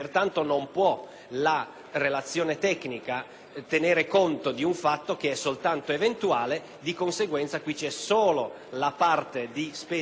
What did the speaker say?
tener conto di un fatto che è soltanto eventuale. Di conseguenza, qui c'è solo la parte relativa alla maggiore spesa, che peraltro è molto limitata e si riferisce ad